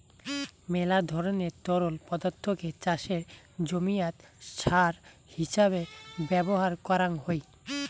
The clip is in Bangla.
মেলা ধরণের তরল পদার্থকে চাষের জমিয়াত সার হিছাবে ব্যবহার করাং যাই